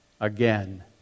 again